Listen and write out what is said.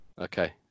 Okay